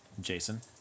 Jason